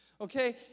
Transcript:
Okay